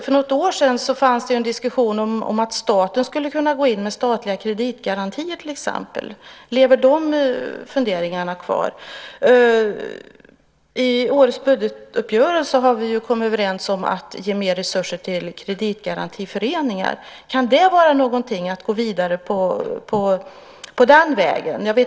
För något år sedan fanns en diskussion om att staten skulle kunna gå in med till exempel statliga kreditgarantier. Lever de funderingarna kvar? I årets budgetuppgörelse har vi kommit överens om att ge mer resurser till kreditgarantiföreningar. Kan det vara något att gå vidare på den vägen?